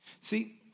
See